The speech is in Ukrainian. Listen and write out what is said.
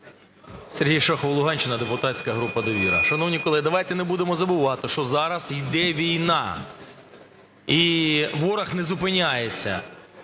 Сергій Шахов, Луганщина, депутатська група "Довіра". Шановні колеги, давай не будемо забувати, що зараз йде війна і ворог не зупиняється.